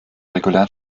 regulären